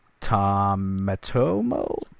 Tomatomo